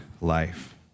life